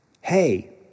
Hey